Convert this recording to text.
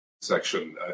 section